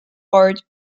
part